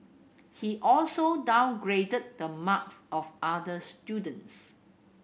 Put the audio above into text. he also downgraded the marks of other students